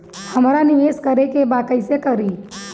हमरा निवेश करे के बा कईसे करी?